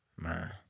man